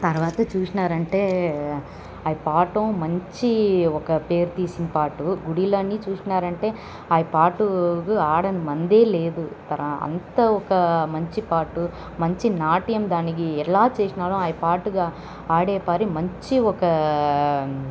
తర్వాత చూసినారంటే ఆ పాట మంచి ఒక పేరు తీసిన పాటు గుళ్ళు అన్నీ చూసినారంటే ఆ పాట కు ఆడని మందే లేదు అప్పర అంత ఒక మంచి పాట మంచి నాట్యం దానికి ఎలా చేసినారు ఆ పాటగా ఆడిపాడి మంచి ఒక